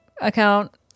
account